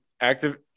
active